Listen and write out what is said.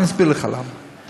אני אסביר לך למה.